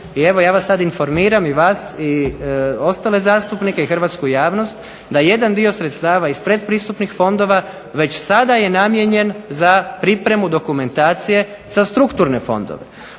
I evo ja vas sada informiram i vas i ostale zastupnike, hrvatsku javnost da jedan dio sredstava iz pretpristupnih fondova već sada je namijenjen za pripremu dokumentacije za strukturne fondove.